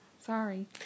Sorry